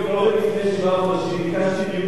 לפני שבעה חודשים ביקשתי דיון מהיר: